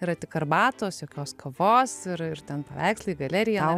yra tik arbatos jokios kavos ir ten paveikslų galerija